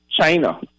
China